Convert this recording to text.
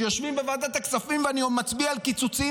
כשיושבים בוועדת הכספים ואני מצביע על קיצוצים,